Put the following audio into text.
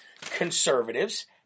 conservatives